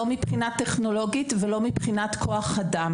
לא מבחינה טכנולוגית ולא מבחינת כוח אדם.